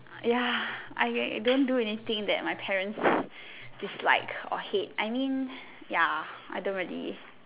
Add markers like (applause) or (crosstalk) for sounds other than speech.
ya I don't do anything that my parents (breath) dislike or hate I mean ya I don't really